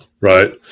right